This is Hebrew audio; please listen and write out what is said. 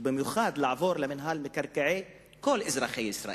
ובמיוחד לעבור למינהל מקרקעי כל אזרחי ישראל,